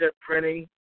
printing